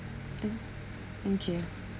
okay thank you